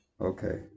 Okay